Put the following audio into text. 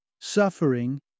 Suffering